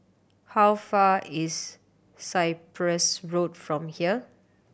how far is Cyprus Road from here